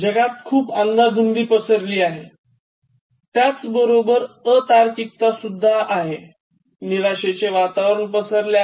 जगात खूप अंदाधुंदी पसरली आहे त्याचबरोबर अतार्किकता निराशेचे वातावरण पसरले आहे